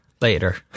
later